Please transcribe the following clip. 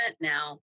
now